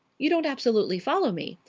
you don't absolutely follow me.